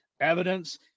evidence